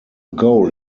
goal